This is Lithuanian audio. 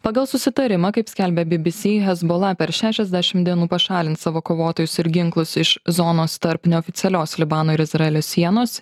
pagal susitarimą kaip skelbia bbc hezbola per šešiasdešim dienų pašalinti savo kovotojus ir ginklus iš zonos tarp neoficialios libano ir izraelio sienos